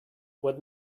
what